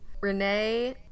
Renee